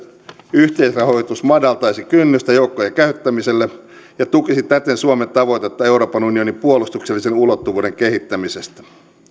yhteisrahoitus madaltaisi kynnystä joukkojen käyttämiselle ja tukisi täten suomen tavoitetta euroopan unionin puolustuksellisen ulottuvuuden kehittämisestä